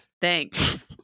Thanks